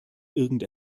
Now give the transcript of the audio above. irgend